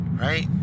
right